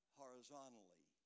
horizontally